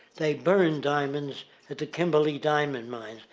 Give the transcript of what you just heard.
they burn diamonds at the kimberly diamond mine.